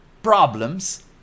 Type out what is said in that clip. problems